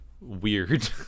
weird